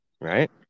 right